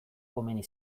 komeni